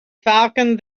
falcon